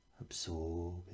absorb